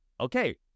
okay